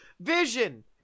Vision